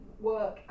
work